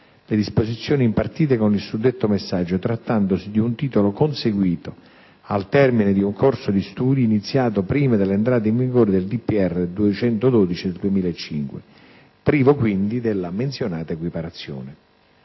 le disposizioni impartite con il suddetto messaggio, trattandosi di un titolo conseguito al termine di un corso di studi iniziato prima dell'entrata in vigore del decreto del Presidente della Repubblica n. 212 del 2005, privo quindi della menzionata equiparazione.